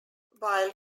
while